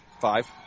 Five